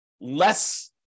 less